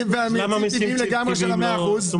והמיצים הטבעיים לגמרי של 100% פרי?